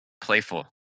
playful